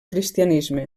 cristianisme